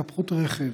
בהתהפכות רכב,